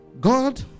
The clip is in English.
God